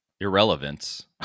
irrelevance